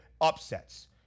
upsets